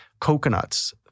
coconuts